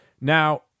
Now